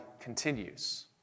continues